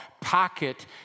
pocket